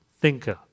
thinker